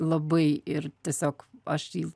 labai ir tiesiog aš jį